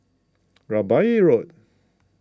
Rambai Road